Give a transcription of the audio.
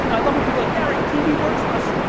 you know i love when people are like, gary, tv works for us,